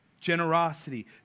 generosity